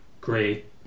great